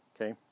Okay